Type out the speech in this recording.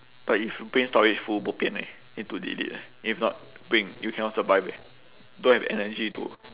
but if you brain storage full bo pian eh need to delete eh then if not brain you cannot survive eh don't have energy to